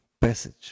passage